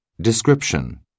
Description